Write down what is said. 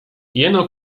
jano